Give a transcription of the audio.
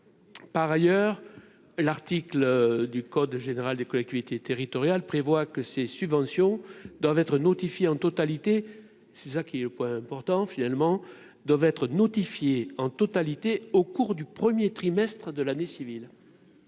par ailleurs l'article du code général des collectivités territoriales prévoit que ces subventions doivent être notifiés en totalité, c'est ça qui est le point important, finalement doivent être notifiée en totalité au cours du 1er trimestre de l'année civile